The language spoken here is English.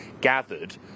gathered